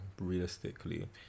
realistically